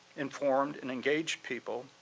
informed, and engaged people,